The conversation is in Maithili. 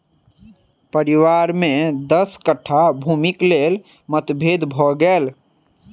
परिवार में दस कट्ठा भूमिक लेल मतभेद भ गेल